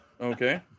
Okay